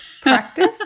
practice